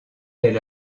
elle